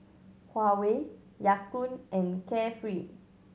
Huawei Ya Kun and Carefree